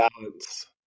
balance